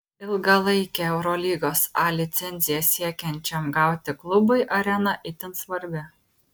ilgalaikę eurolygos a licenciją siekiančiam gauti klubui arena itin svarbi